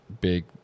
big